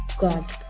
god